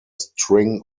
string